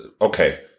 okay